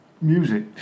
Music